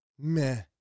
meh